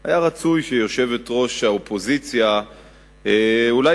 היה רצוי שיושבת-ראש האופוזיציה אולי